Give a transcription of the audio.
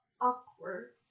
awkward